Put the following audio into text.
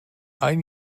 ein